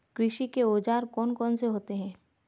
कृषि के औजार कौन कौन से होते हैं?